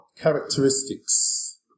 characteristics